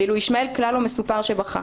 ואילו ישמעאל כלל לא מסופר שבכה.